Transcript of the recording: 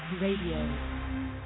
Radio